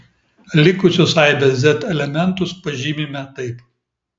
likusius aibės z elementus pažymime taip